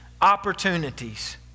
opportunities